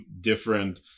different